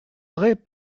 vrai